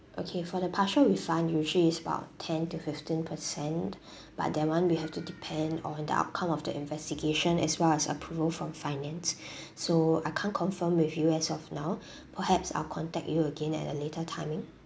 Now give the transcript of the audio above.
okay for the partial refund usually is about ten to fifteen percent but that one will have to depend on the outcome of the investigation as well as approval from finance so I can't confirm with you as of now perhaps I'll contact you again at a later timing